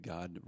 God